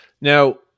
Now